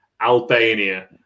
Albania